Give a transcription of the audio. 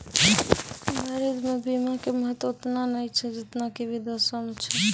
भारतो मे बीमा के महत्व ओतना नै छै जेतना कि विदेशो मे छै